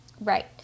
Right